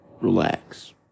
Relax